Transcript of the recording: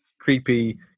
creepy